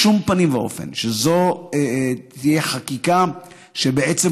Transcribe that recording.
בשום פנים ואופן זו לא תהיה חקיקה שבעצם